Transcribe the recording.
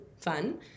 Fun